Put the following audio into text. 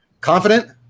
Confident